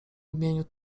imieniu